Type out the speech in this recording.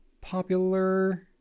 popular